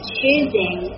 choosing